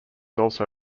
also